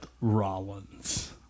Rollins